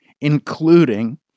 including